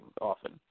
often